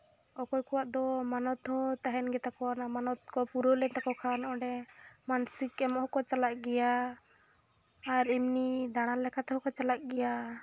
ᱚᱠᱚᱭ ᱠᱚᱣᱟᱜ ᱫᱚ ᱢᱟᱱᱚᱛ ᱦᱚᱸ ᱛᱟᱦᱮᱱ ᱜᱮᱛᱟᱠᱚᱣᱟ ᱚᱱᱟ ᱢᱟᱱᱚᱛ ᱠᱚ ᱯᱩᱨᱟᱹᱣ ᱞᱮᱱ ᱛᱟᱠᱚ ᱠᱷᱟᱱ ᱚᱸᱰᱮ ᱢᱟᱱᱥᱤᱠ ᱮᱢᱚᱜ ᱦᱚᱸᱠᱚ ᱪᱟᱞᱟᱜ ᱜᱮᱭᱟ ᱟᱨ ᱮᱢᱱᱤ ᱫᱟᱬᱟᱱ ᱞᱮᱠᱟ ᱛᱮᱦᱚᱸ ᱠᱚ ᱪᱟᱞᱟᱜ ᱜᱮᱭᱟ